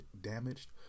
damaged